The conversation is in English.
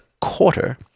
quarter-